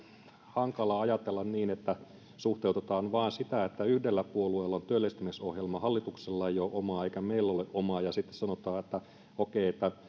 hankala ajatella niin että suhteutetaan vain sitä että yhdellä puolueella on työllistämisohjelma hallituksella ei ole omaa eikä meillä ole omaa ja sitten sanotaan että